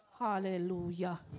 Hallelujah